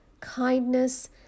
kindness